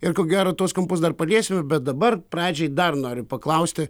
ir ko gero tuos kampus dar paliesiu bet dabar pradžiai dar noriu paklausti